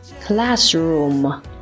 Classroom